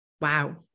Wow